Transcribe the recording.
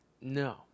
No